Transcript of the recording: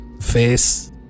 face